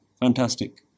Fantastic